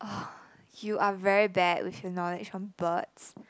!ugh! you are very bad with your knowledge on birds